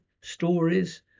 stories